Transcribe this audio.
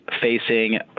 facing